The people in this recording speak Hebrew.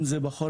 אם זה בחורף,